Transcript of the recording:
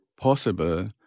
possible